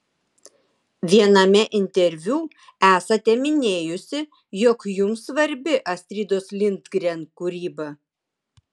viename interviu esate minėjusi jog jums svarbi astridos lindgren kūryba